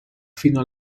fino